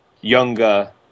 younger